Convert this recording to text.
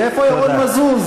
ואיפה ירון מזוז?